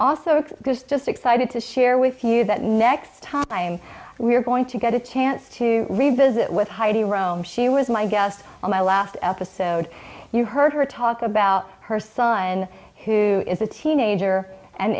it's just excited to share with you that next time we're going to get a chance to revisit with heidi rome she was my guest on my last episode you heard her talk about her son who is a teenager and